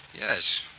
Yes